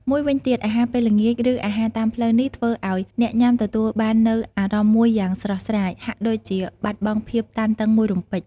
មួយវិញទៀត អាហារពេលល្ងាច ឬអាហារតាមផ្លូវនេះធ្វើឲ្យអ្នកញុាំទទួលបាននូវអារម្មណ៍មួយយ៉ាងស្រស់ស្រាយ ហាក់ដូចជាបាត់បង់ភាពតានតឹងមួយរំពេច។